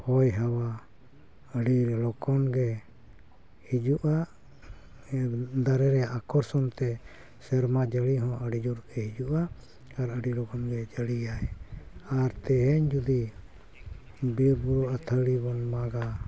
ᱦᱚᱭ ᱦᱟᱣᱟ ᱟᱹᱰᱤ ᱞᱚᱜᱚᱱᱜᱮ ᱦᱤᱡᱩᱜᱼᱟ ᱫᱟᱨᱮ ᱨᱮᱭᱟᱜ ᱟᱠᱚᱨᱥᱚᱱᱛᱮ ᱥᱮᱨᱢᱟ ᱡᱟᱹᱲᱤ ᱦᱚᱸ ᱟᱹᱰᱤ ᱡᱳᱨᱜᱮ ᱦᱤᱡᱩᱜᱼᱟ ᱟᱨ ᱟᱹᱰᱤ ᱞᱚᱜᱚᱱ ᱜᱮᱭ ᱡᱟᱹᱲᱤᱭᱟᱭ ᱟᱨ ᱛᱮᱦᱮᱧ ᱡᱩᱫᱤ ᱵᱤᱨ ᱵᱩᱨᱩ ᱟᱹᱛᱦᱟᱹᱲᱤ ᱵᱚᱱ ᱢᱟᱜᱟ